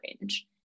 range